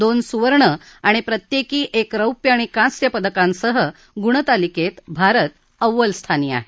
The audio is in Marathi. दोन सुवर्ण प्रत्येकी एक रौप्य आणि कास्य पदकांसह गुणतालिकेत भारत अव्वल स्थानी आहे